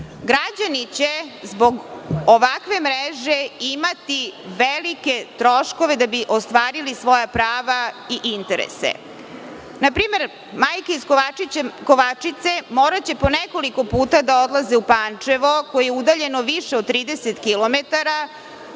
Građani će zbog ovakve mreže imati velike troškove da bi ostvarili svoja prava i interese. Na primer, majke iz Kovačice moraće po nekoliko puta da odlaze u Pančevo, koje je udaljeno više od 30 kilometara